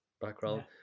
background